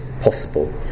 possible